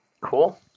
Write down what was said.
Cool